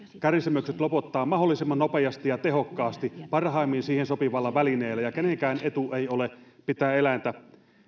kärsimykset lopettaa mahdollisimman nopeasti ja tehokkaasti parhaimmin siihen sopivalla välineellä ja kenenkään etu ei ole pitää eläintä